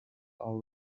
our